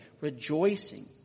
rejoicing